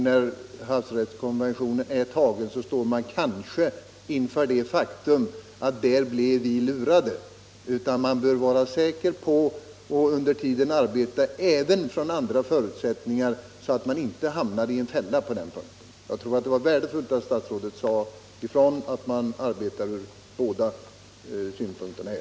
När havsrättskonventionen är tagen kan man då kanske stå inför det faktum att man blivit lurad. Man bör under tiden arbeta även från andra förutsättningar så att man inte hamnar i en fälla. Jag tror att det var värdefullt att statsrådet sade ifrån att man arbetar utifrån båda förutsättningarna.